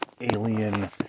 alien